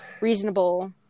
reasonable